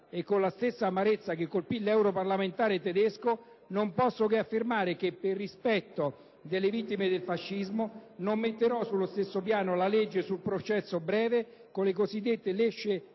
e con la stessa amarezza che colpì l'europarlamentare tedesco, non posso che affermare che, per rispetto delle vittime del fascismo, non metterò sullo stesso piano la legge sul processo breve con le cosiddette leggi